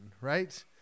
right